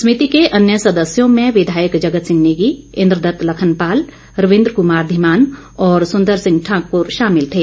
समिति के अन्य सदस्यों में विधायक जगत सिंह नेगी इंद्र दत्त लखनपाल रविन्द्र कमार धीमान और सुंदर सिंह ठाकर शामिल थे